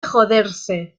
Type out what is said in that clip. joderse